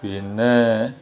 പിന്നേ